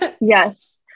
Yes